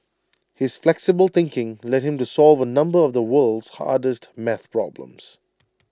his flexible thinking led him to solve A number of the world's hardest math problems